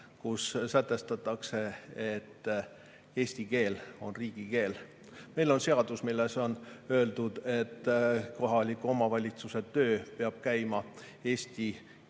kus sätestatakse, et eesti keel on riigikeel. Meil on seadus, milles on öeldud, et kohaliku omavalitsuse töö peab käima eesti keeles.